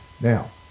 Now